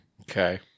Okay